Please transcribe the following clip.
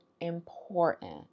important